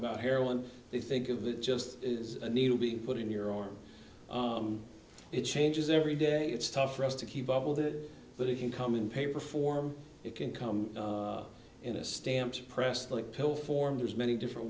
about heroin they think of it just is a needle being put in your arm it changes every day it's tough for us to keep up with it but it can come in paper form it can come in a stamp suppressed like pill form there's many different